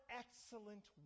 excellent